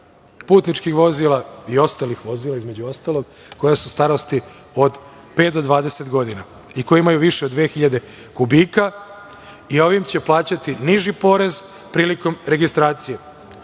putničkih vozila i ostalih vozila, između ostalog, koja su starosti od pet do dvadeset godina i koji imaju više od dve hiljade kubika, ovim će plaćati niži porez prilikom registracije. Jeste